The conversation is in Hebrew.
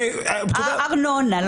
ארנונה.